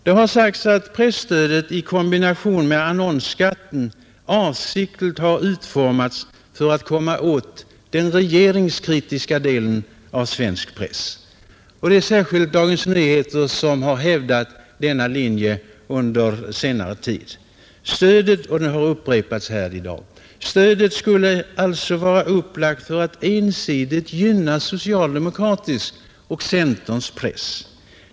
Det har sagts att presstödet i kombination med annonsskatten avsiktligt har utformats för att man skall komma åt den regeringskritiska delen av svensk press. Det är särskilt Dagens Nyheter som har hävdat denna linje under senare tid — och ståndpunkten har upprepats här i dag. Stödet skulle alltså vara upplagt för att ensidigt gynna socialdemokratisk och centerpartiets press.